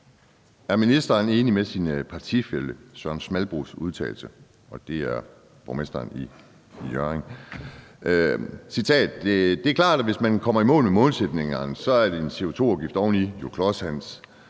Er ministeren enig i sin partifælle Søren Smalbros udtalelse, og det er borgmesteren i Hjørring: »Det er klart, at hvis man kommer i mål med målsætningerne, så er en CO2-afgift oveni jo til Klods Hans.